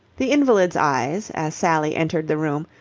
the invalid's eyes, as sally entered the room,